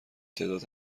تعداد